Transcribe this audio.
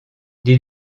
dis